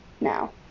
now